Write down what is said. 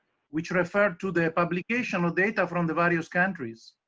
which referred to the publication of data from the various countries.